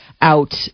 out